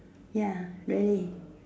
ya very